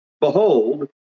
Behold